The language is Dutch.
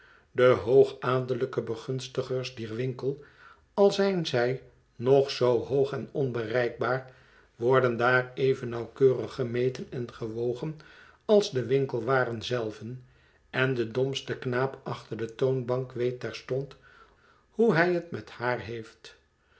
de hoogadellijke begunstigsters dier winkels al zijn zij nog zoo hoog en onbereikbaar worden daar even nauwkeurig gemeten en gewogen als de winkelwaren zelven en de domste knaap achter de toonbank weet terstond hoe hij het met haar heeft